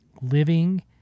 living